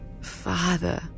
Father